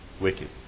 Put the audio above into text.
wicked